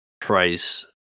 price